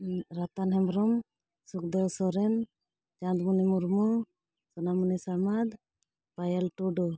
Ratan Hembrom Sukhdev Soren Chandmuni Murmu Sonamuni Samad Payal Tudu